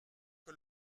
que